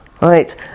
Right